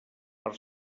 per